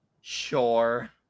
Sure